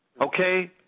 Okay